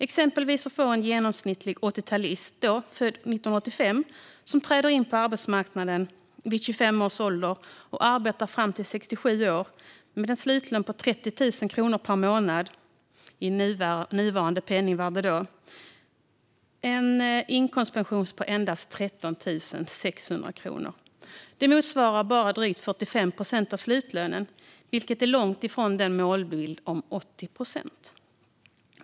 Exempelvis får en genomsnittlig 80-talist, född 1985, som träder in på arbetsmarknaden vid 25 års ålder och arbetar fram till 67 år med en slutlön på 30 000 kronor per månad, i nuvarande penningvärde en inkomstpension på endast 13 600 kronor. Det motsvarar bara drygt 45 procent av slutlönen, vilket är långt från målbilden om 80 procent.